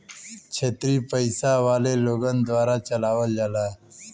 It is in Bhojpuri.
क्षेत्रिय पइसा वाले लोगन द्वारा चलावल जाला